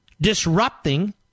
disrupting